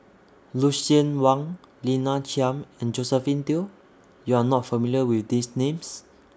Lucien Wang Lina Chiam and Josephine Teo YOU Are not familiar with These Names